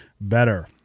better